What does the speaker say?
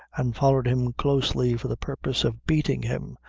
and followed him closely for the purpose of beating him,